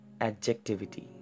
adjectivity